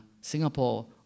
Singapore